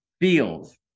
feels